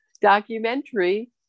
documentary